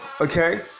okay